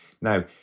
Now